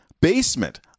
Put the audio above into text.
basement